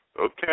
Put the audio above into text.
Okay